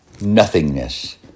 nothingness